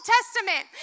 Testament